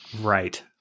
Right